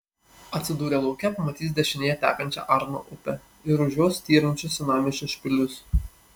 atsidūrę lauke pamatys dešinėje tekančią arno upę ir už jos styrančius senamiesčio špilius